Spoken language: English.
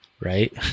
right